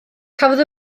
cafodd